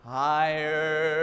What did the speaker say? higher